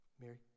Mary